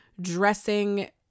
dressing